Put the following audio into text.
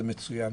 זה מצוין,